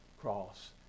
cross